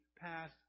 passed